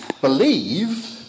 believe